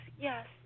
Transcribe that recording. yes